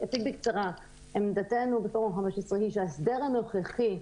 עמדתנו בפורום ה-15 שההסדר הנוכחי,